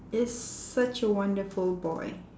is such a wonderful boy